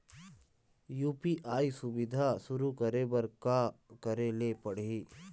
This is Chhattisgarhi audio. यू.पी.आई सुविधा शुरू करे बर का करे ले पड़ही?